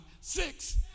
six